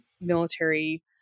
military